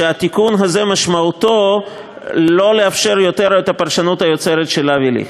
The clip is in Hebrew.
והתיקון הזה משמעותו לא לאפשר יותר את הפרשנות היוצרת של אבי ליכט.